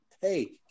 Hey